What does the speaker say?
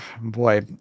Boy